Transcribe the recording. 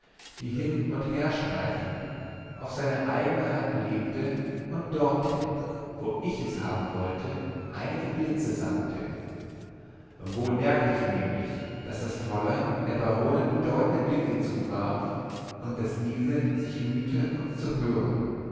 die hin und her streiften auf seine eigene hand lebte und dorthin wohin ich es haben wollte einige blitze sandte wohl merkt ich nämlich daß das fräulein der baronin bedeutende blicke zuwarf und daß diese sich mühte uns zu hören